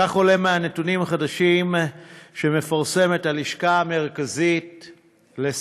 כך עולה מהנתונים החדשים שמפרסמת הלשכה המרכזית לסטטיסטיקה.